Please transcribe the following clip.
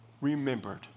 remembered